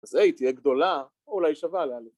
‫אז A, תהיה גדולה, ‫או אולי שווה לה.